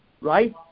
right